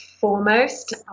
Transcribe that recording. foremost